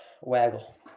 waggle